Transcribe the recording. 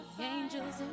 Angels